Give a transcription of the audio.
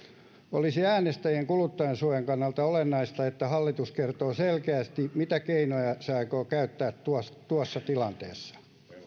olisi äänestäjien kuluttajansuojan kannalta olennaista että hallitus kertoo selkeästi mitä keinoja se aikoo käyttää tuossa tuossa tilanteessa